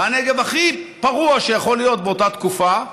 בנגב הכי גרוע שיכול להיות באותה תקופה,